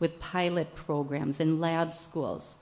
with pilot programs and lab schools